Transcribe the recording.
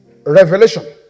Revelation